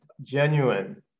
genuine